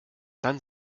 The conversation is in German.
dann